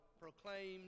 proclaimed